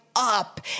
Up